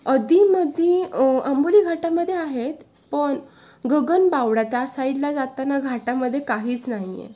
अधेमध्ये आंबोली घाटामध्ये आहेत पण गगनबावडा त्या साईडला जाताना घाटामध्ये काहीच नाही आहे